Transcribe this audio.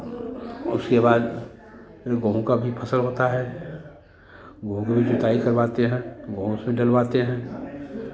उसके बाद गेंहू का भी फसल होता है गेंहू की भी जुताई करवाते हैं गेंहू उसमें डलवाते हैं